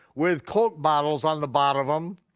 with coke bottles on the bottom of them.